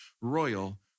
royal